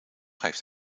heeft